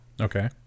Okay